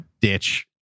ditch